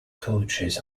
coaches